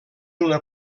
una